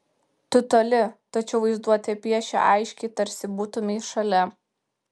tu toli tačiau vaizduotė piešia aiškiai tarsi būtumei šalia